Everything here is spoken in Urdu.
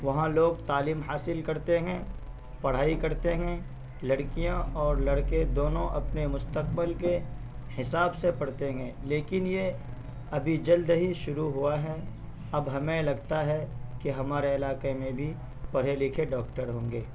وہاں لوگ تعلیم حاصل کڑتے ہیں پڑھائی کڑتے ہیں لڑکیاں اور لڑکے دونوں اپنے مستقبل کے حساب سے پڑھتے ہیں لیکن یہ ابھی جلد ہی شروع ہوا ہے اب ہمیں لگتا ہے کہ ہمارے علاقے میں بھی پرھے لکھے ڈاکٹر ہوں گے